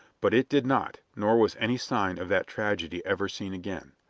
but it did not, nor was any sign of that tragedy ever seen again.